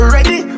Ready